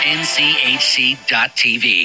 nchc.tv